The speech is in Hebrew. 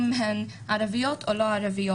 אם הן ערביות או לא ערביות,